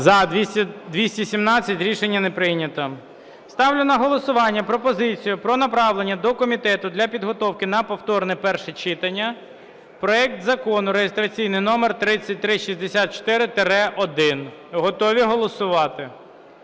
За-217 Рішення не прийнято. Ставлю на голосування пропозицію про направлення до комітету для підготовки на повторне перше читання проект Закону реєстраційний номер 3364-1. Готові голосувати?